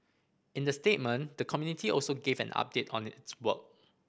in the statement the community also gave an update on its work